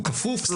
הוא כפוף לחוק.